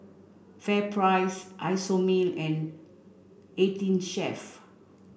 FairPrice Isomil and eighteen Chef